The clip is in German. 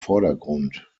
vordergrund